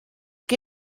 que